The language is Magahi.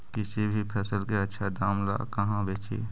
किसी भी फसल के आछा दाम ला कहा बेची?